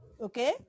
okay